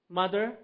mother